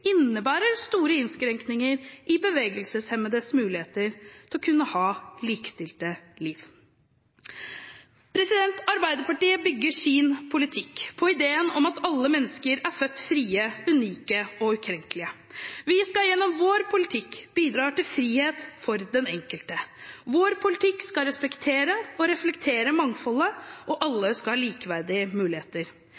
innebærer store innskrenkninger i bevegelseshemmedes muligheter til å kunne ha likestilte liv. Arbeiderpartiet bygger sin politikk på ideen om at alle mennesker er født frie, unike og ukrenkelige. Vi skal gjennom vår politikk bidra til frihet for den enkelte. Vår politikk skal reflektere og respektere mangfoldet, og